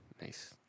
Nice